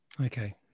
Okay